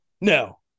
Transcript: no